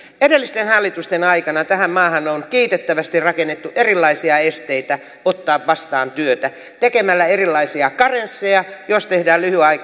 edellisten hallitusten aikana tähän maahan on kiitettävästi rakennettu erilaisia esteitä ottaa vastaan työtä tekemällä erilaisia karensseja jos tehdään